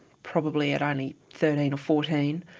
probably at only thirteen or fourteen,